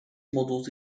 models